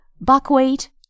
buckwheat